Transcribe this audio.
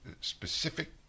specific